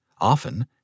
Often